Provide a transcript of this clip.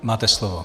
Máte slovo.